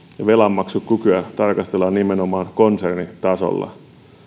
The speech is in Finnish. ja velanmaksukykyä tarkastellaan nimenomaan konsernitasolla